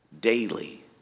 daily